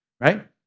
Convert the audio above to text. right